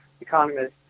economists